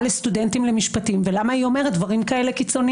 לסטודנטים למשפטים ולמה היא אומרת דברים כאלה קיצוניים.